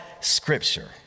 scripture